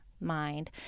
mind